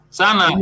sana